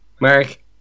Mark